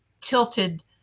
tilted